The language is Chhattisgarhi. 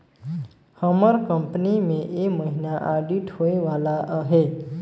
हमर कंपनी में ए महिना आडिट होए वाला अहे